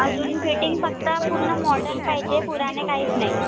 अजून फिटिंग फक्त पूर्ण मॉडर्न पाहिजे पुराणे काहीच नाही